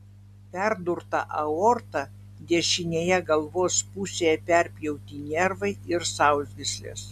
perdurta aorta dešinėje galvos pusėje perpjauti nervai ir sausgyslės